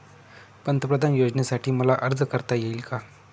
पंतप्रधान योजनेसाठी मला अर्ज करता येईल का?